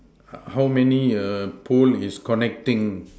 uh how many err pole is connecting